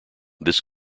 this